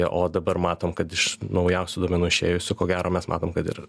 o dabar matom kad iš naujausių duomenų išėjusių ko gero mes matom kad ir